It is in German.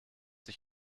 sich